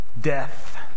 death